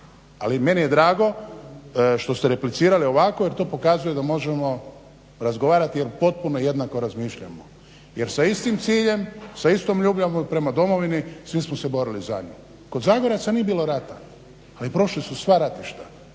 Ali meni je drago što ste replicirali ovako jer to pokazuje da možemo razgovarati jer potpuno jednako razmišljamo. Jer sa istim ciljem sa istom ljubavlju prema domovini svi smo se borili za nju. Kod Zagoraca nije bilo rata ali prošli su sva ratišta